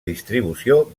distribució